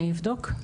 אני אבדוק.